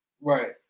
Right